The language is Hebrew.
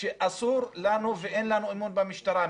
שאסור לנו ואין לנו אמון במשטרה.